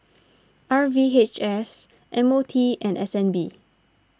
R V H S M O T and S N B